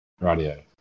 Radio